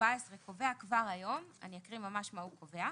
14 קובע כבר היום אני אקריא ממש מה הוא קובע: